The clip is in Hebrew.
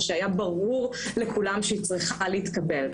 שהיה ברור לכולם שהיא צריכה להתקבל.